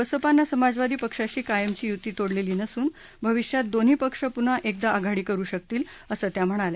बसपानं समाजवादी पक्षाशी कायमची यूती तोडलेली नसून भविष्यात दोन्ही पक्ष पून्हा एकदा आधाडी करु शकतील असं त्या म्हणाल्या